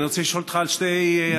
אני רוצה לשאול אותך על שתי הצעות חוק,